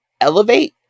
elevate